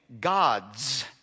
God's